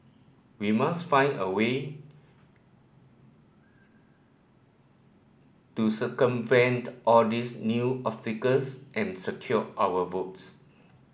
we must find a way to circumvent all these new obstacles and secure our votes